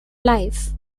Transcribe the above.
life